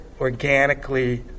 organically